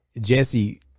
Jesse